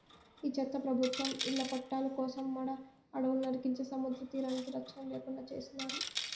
ఈ చెత్త ప్రభుత్వం ఇళ్ల పట్టాల కోసం మడ అడవులు నరికించే సముద్రతీరానికి రచ్చన లేకుండా చేసినారు